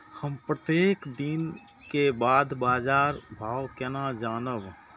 हम प्रत्येक दिन के बाद बाजार भाव केना जानब?